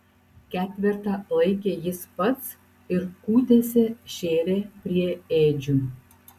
ketvertą laikė jis pats ir kūtėse šėrė prie ėdžių